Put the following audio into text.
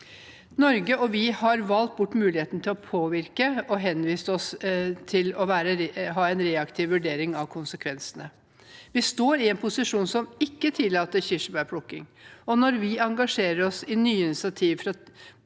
Norge og vi har valgt bort muligheten til å påvirke, og henvises til å ha en reaktiv vurdering av konsekvensene. Vi står i en posisjon som ikke tillater kirsebærplukking, og når vi engasjerer oss i nye initiativer fra